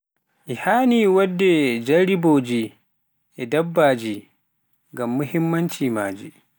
e haani waɗde jarribooji e daabaaji, ngam muhimmanci maje.